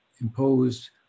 imposed